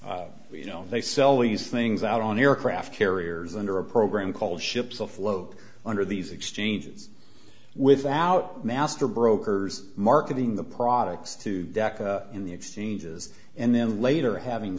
you know they sell these things out on aircraft carriers under a program called ships afloat under these exchanges without master brokers marketing the products to in the exchanges and then later having